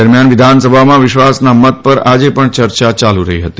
દરમિયાન વિધાનસભામાં વિશ્વાસના મત પર આજે પણ ચર્ચા ચાલુ રહી હતી